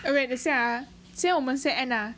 uh wait 等一下 ah 现在我们先 end ah